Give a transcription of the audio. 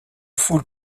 foule